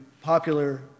popular